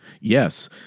Yes